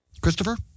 Christopher